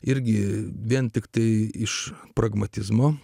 irgi vien tiktai iš pragmatizmo